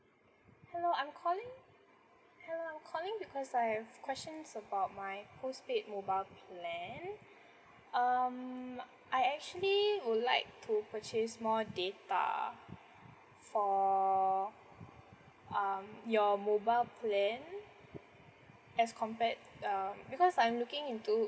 hello I'm calling hello I'm calling because I have questions about my postpaid mobile plan um I actually would like to purchase more data for um your mobile plan as compared um because I'm looking into